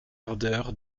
ardeur